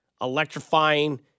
electrifying